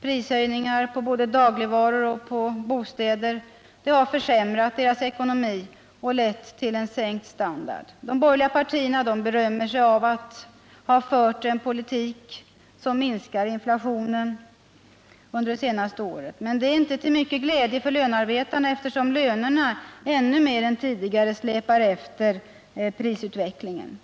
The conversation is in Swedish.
prishöjningar på både dagligvaror och bostäder har försämrat barnfamiljernas ekonomi och lett till en sänkt standard. De borgerliga partierna berömmer sig av att ha fört en politik som minskat inflationen under det senaste året. Men det är inte till mycken glädje för lönarbetarna, eftersom lönerna ännu mer än tidigare släpar efter prisutvecklingen.